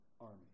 army